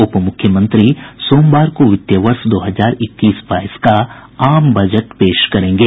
उप मुख्यमंत्री सोमवार को वित्तीय वर्ष दो हजार इक्कीस बाईस का आम बजट पेश करेंगे